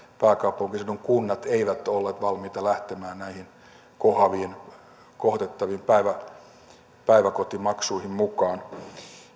pääkaupunkiseudun kunnat eivät olleet valmiita lähtemään näihin kohotettaviin päiväkotimaksuihin mukaan